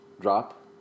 drop